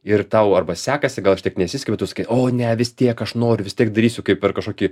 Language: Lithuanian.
ir tau arba sekasi gal aš taip nesiskiriu tu sakai o ne vistiek aš noriu vistiek darysiu kaip per kažkokį